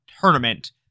Tournament